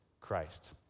Christ